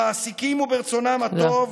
במעסיקים וברצונם הטוב,